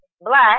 black